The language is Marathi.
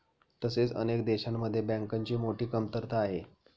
तसेच अनेक देशांमध्ये बँकांची मोठी कमतरता आहे